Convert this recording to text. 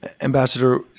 Ambassador